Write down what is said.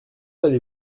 allez